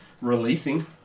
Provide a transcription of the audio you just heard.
Releasing